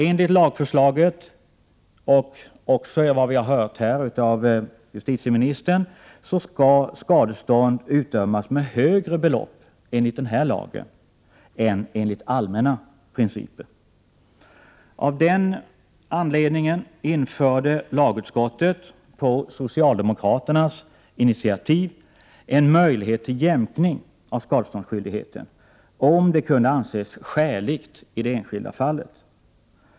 Enligt lagförslaget, och också av vad vi har hört här av justitieministern, skall skadestånd utdömas med högre belopp enligt denna lag än enligt allmänna principer. Av denna anledning införde lagutskottet — på socialdemokraternas initiativ — en möjlighet till jämkning av skadeståndsskyldigheten, om det kunde anses skäligt i det enskilda fallet.